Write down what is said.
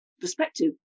perspective